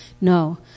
No